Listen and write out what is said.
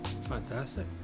Fantastic